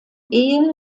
ehe